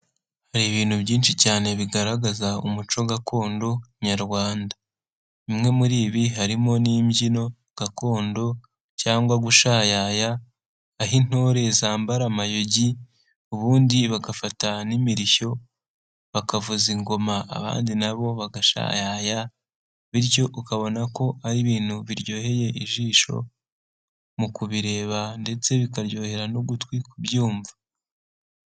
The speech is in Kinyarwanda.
Hari ibintu byinshi cyane bigaragaza umuco gakondo nyarwanda. Bimwe muri ibi harimo n'imbyino gakondo cyangwa gushayaya, aho intore zambara amayugi, ubundi bagafata n'imirishyo bakavuza ingoma abandi na bo bagashayaya, bityo ukabona ko ari ibintu biryoheye ijisho, mu kubireba ndetse bikaryohera n'ugutwi kubyumva.